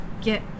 get